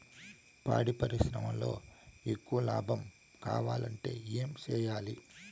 పాడి పరిశ్రమలో ఎక్కువగా లాభం కావాలంటే ఏం చేయాలి?